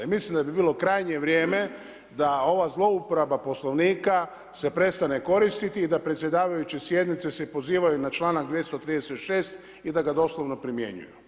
I mislim da bi bilo krajnje vrijeme da ova zlouporaba Poslovnika se prestane koristiti i da predsjedavajući sjednice se pozivaju na članak 236. i da ga doslovno primjenjuju.